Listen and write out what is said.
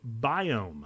biome